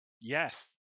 Yes